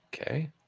Okay